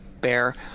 bear